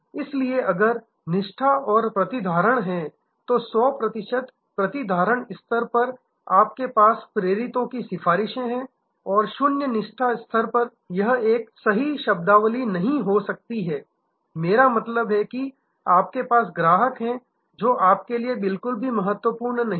इसलिए अगर यह निष्ठा और प्रतिधारण है तो 100 प्रतिशत प्रतिधारण स्तर पर आपके पास प्रेरितों की सिफारिशें हैं और शून्य निष्ठा स्तर पर यह आज एक सही शब्दावली नहीं हो सकती है मेरा मतलब है कि आपके पास ग्राहक है जोआपके लिए बिल्कुल भी महत्वपूर्ण नहीं हैं